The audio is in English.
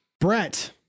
brett